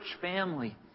family